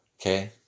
Okay